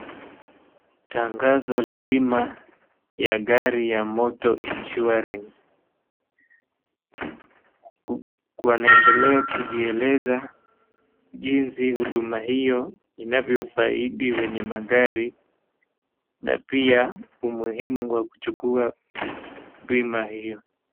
Tangazo la bima ya gari ya motor insurance . Wanaendelea kujieleza jinsi huduma hiyo inavyofaidi wenye magari na pia umuhimu wa kuchukua bima hiyo.